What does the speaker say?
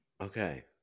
Okay